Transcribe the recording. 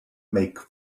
make